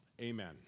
amen